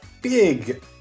Big